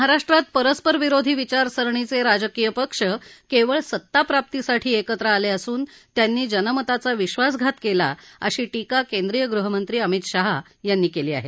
महाराष्ट्रात परस्परविरोधी विचारसरणीचे राजकीय पक्ष केवळ सत्ताप्राप्तीसाठी एकत्र आले असून त्यांनी जनमताचा विश्वासघात केला अशी टीका केंद्रीय गृहमंत्री अमित शहा यांनी केली आहे